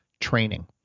training